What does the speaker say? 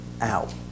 out